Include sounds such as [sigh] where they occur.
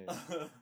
[laughs]